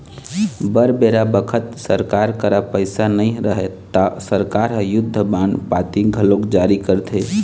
बर बेरा बखत सरकार करा पइसा नई रहय ता सरकार ह युद्ध बांड पाती घलोक जारी करथे